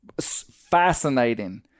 Fascinating